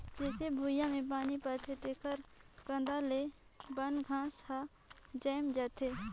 जईसे भुइयां में पानी परथे तेकर कांदा ले बन घास हर जायम जाथे